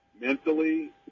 mentally